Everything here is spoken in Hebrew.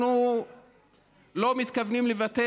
אנחנו לא מתכוונים לוותר,